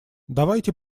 давайте